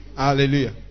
Hallelujah